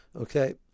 okay